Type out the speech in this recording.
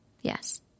Yes